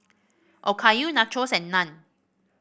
Okayu Nachos and Naan